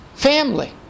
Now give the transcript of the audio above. Family